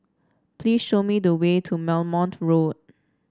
please show me the way to Belmont Road